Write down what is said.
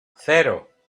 cero